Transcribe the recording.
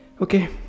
Okay